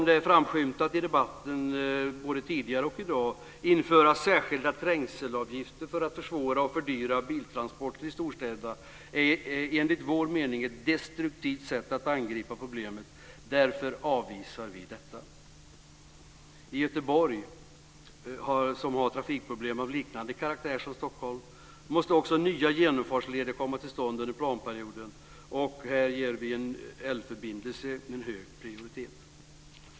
Det har tidigare i debatten och också i dag framskymtat att man vill införa särskilda trängselavgifter för att försvåra och fördyra biltransporter i storstäderna. Det är enligt vår mening ett destruktivt sätt att angripa problemet. Därför avvisar vi detta. I Göteborg, som har trafikproblem av liknande karaktär som Stockholm, måste också nya genomfartsleder komma till stånd under planperioden. Här ger vi en älvförbindelse en hög prioritet.